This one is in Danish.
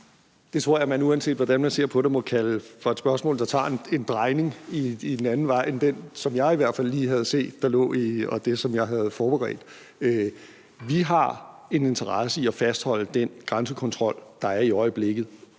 Det tror jeg at man – uanset hvordan man ser på det – må kalde for et spørgsmål, der tager en drejning i en anden retning end den, som i hvert fald jeg lige havde set lå i det her, og som jeg havde forberedt. Vi har en interesse i at fastholde den grænsekontrol, der er i øjeblikket,